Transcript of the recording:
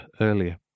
earlier